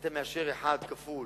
אתה מאשר אחד כפול